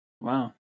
Wow